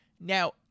Now